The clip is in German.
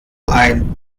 ein